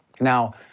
Now